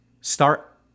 start